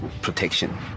protection